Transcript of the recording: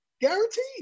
guaranteed